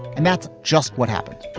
and that's just what happened